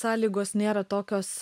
sąlygos nėra tokios